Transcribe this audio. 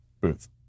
booth